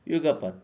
युगपत्